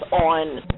on